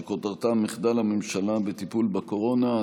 שכותרתה: מחדל הממשלה בטיפול בקורונה,